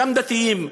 גם דתיים,